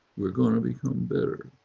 we're going to become better.